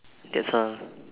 that's all